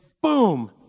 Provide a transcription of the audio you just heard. boom